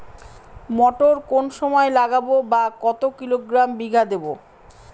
মটর কোন সময় লাগাবো বা কতো কিলোগ্রাম বিঘা দেবো?